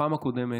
בפעם הקודמת,